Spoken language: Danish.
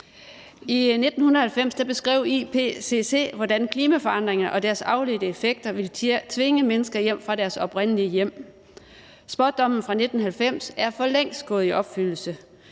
I 1990 beskrev IPCC, hvordan klimaforandringer og deres afledte effekter ville tvinge mennesker væk fra deres oprindelige hjem. Spådommen fra 1990 er for længst gået i opfyldelse.